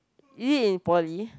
you in poly